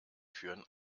führen